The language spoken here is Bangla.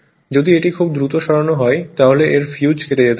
যদি এটি খুব দ্রুত সরানো হয় তাহলে এর ফিউজ কেটে যেতে পারে